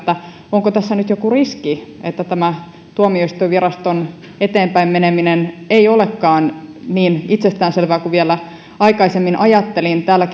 onko tässä nyt joku riski että tämä tuomioistuinviraston eteenpäinmeneminen ei olekaan niin itsestäänselvää kuin vielä aikaisemmin ajattelin täällä